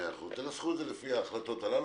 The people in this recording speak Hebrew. תנסחו את זה לפי ההחלטות הללו.